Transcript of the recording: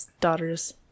daughters